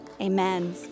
Amen